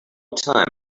time